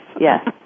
Yes